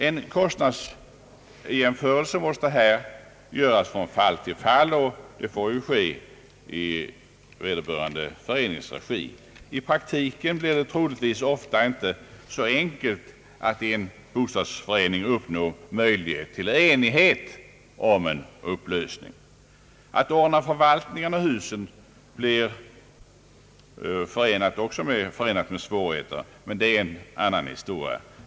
En kostnadsjämförelse måste här göras från fall till fall och i vederbörande förenings regi. I praktiken blir det troligtvis inte så enkelt, att i en bostadsrättsförening uppnå enighet om en upplösning. Att sedan ordna förvaltningen av husen är också förenat med svårigheter, men det är en annan historia.